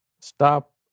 stop